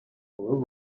were